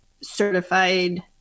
certified